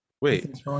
Wait